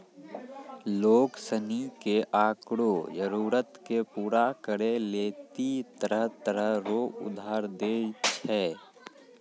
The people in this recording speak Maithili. लोग सनी के ओकरो जरूरत के पूरा करै लेली तरह तरह रो उधार दै छै